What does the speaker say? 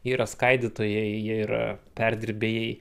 jie yra skaidytojai jie yra perdirbėjai